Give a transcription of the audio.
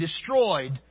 destroyed